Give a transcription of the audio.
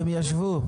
הם ישבו.